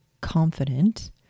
confident